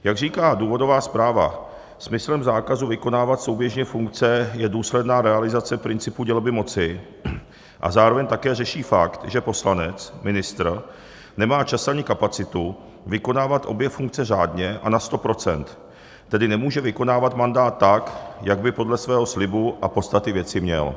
Jak říká důvodová zpráva, smyslem zákazu vykonávat souběžně funkce je důsledná realizace principu dělby moci a zároveň také řeší fakt, že poslanecministr nemá čas ani kapacitu vykonávat obě funkce řádně a na sto procent, tedy nemůže vykonávat mandát tak, jak by podle svého slibu a podstaty věci měl.